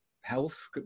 health